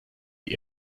die